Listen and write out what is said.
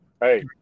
Hey